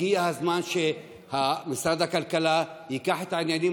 הגיע הזמן שמשרד הכלכלה ייקח את העניינים